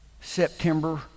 September